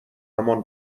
همان